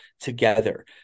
together